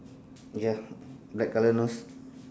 ya black colour nose